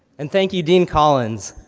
and thank you, dean collins.